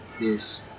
Yes